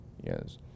yes